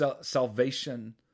salvation